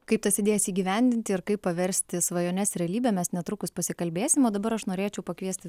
kaip tas idėjas įgyvendinti ir kaip paversti svajones realybe mes netrukus pasikalbėsim o aš norėčiau pakviesti